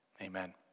Amen